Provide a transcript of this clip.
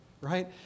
right